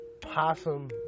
possum